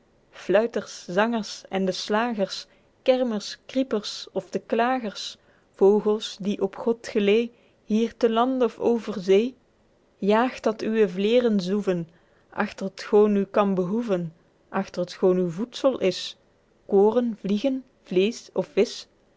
fluiters zangers ende slagers kermers kriepers ofte klagers vogels die op gods geleê hier te lande of over zee jaegt dat uwe vleren zoeven achter t gone u kan behoeven achter t gone uw voedsel is kooren vliegen vleesch of visch